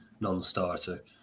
non-starter